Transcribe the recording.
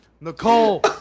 Nicole